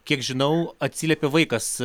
kiek žinau atsiliepė vaikas